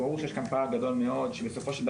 ברור שיש כאן פער גדול מאוד שבסופו של דבר